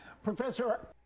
Professor